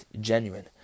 genuine